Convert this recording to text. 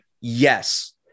yes